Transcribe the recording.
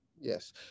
yes